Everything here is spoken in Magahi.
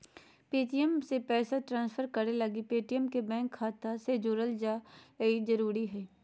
पे.टी.एम से पैसा ट्रांसफर करे लगी पेटीएम के बैंक खाता से जोड़े ल जरूरी हय